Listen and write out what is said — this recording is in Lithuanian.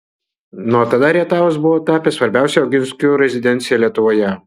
nuo tada rietavas buvo tapęs svarbiausia oginskių rezidencija lietuvoje